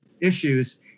issues